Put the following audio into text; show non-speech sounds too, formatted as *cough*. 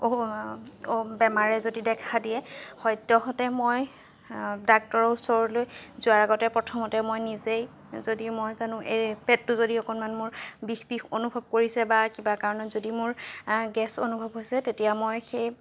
*unintelligible* বেমাৰে যদি দেখা দিয়ে সদ্য়সতে মই ডাক্টৰৰ ওচৰলৈ যোৱাৰ আগতে প্ৰথমতে মই নিজেই যদি মই জানো এ পেটতো যদি অকণমান মোৰ বিষ বিষ অনুভৱ কৰিছে বা কিবা কাৰণত যদি মোৰ গেছ অনুভৱ হৈছে তেতিয়া মই সেই